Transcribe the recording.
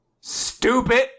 stupid